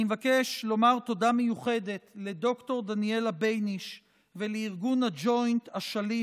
אני מבקש לומר תודה מיוחדת לד"ר דניאלה ביניש ולארגון ג'וינט-אשלים